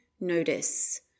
notice